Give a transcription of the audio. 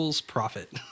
profit